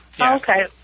Okay